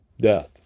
death